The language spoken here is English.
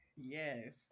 Yes